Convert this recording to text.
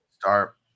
start